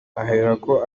aherako